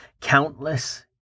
Countless